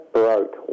broke